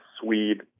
Swede